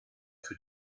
für